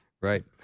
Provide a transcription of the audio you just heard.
Right